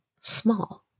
small